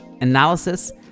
analysis